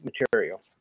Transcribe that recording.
material